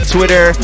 Twitter